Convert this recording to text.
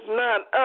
none